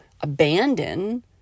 abandon